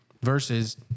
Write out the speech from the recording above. Versus